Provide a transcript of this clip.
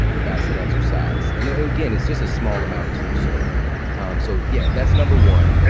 fasted exercise. and again, it's just a small amount too. so so yeah, that's number one. yeah